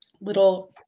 little –